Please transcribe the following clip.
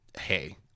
hey